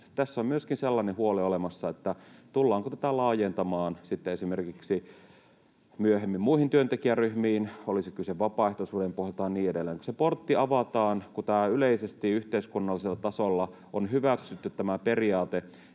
olemassa myöskin sellainen huoli, tullaanko tätä laajentamaan sitten esimerkiksi myöhemmin muihin työntekijäryhmiin, oli kyse vapaaehtoisuuden pohjalta tai niin edelleen. Kun se portti avataan, kun tämä yleisesti yhteiskunnallisella tasolla on hyväksytty tämä periaate,